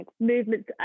movements